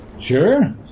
Sure